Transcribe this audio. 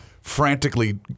frantically